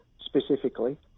specifically